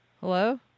Hello